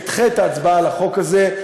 שנדחה את ההצבעה על החוק הזה.